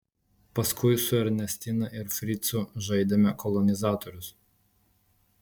paskui su ernestina ir fricu žaidėme kolonizatorius